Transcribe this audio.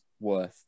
worth